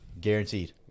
Guaranteed